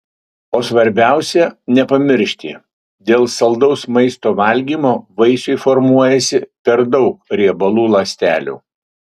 o svarbiausia nepamiršti dėl saldaus maisto valgymo vaisiui formuojasi per daug riebalų ląstelių